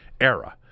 era